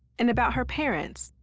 and about her parents,